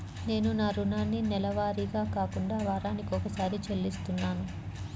నేను నా రుణాన్ని నెలవారీగా కాకుండా వారానికోసారి చెల్లిస్తున్నాను